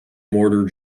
mortar